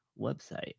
website